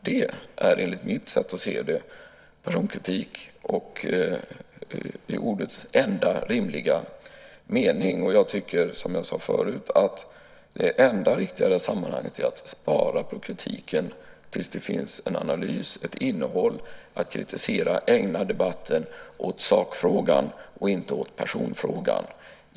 Det är enligt mitt sätt att se det personkritik i ordets enda rimliga mening. Jag tycker, som jag sade förut, att det enda riktiga i det här sammanhanget är att spara på kritiken tills det finns en analys, ett innehåll, att kritisera och ägna debatten åt sakfrågan och inte åt personfrågan.